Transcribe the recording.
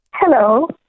Hello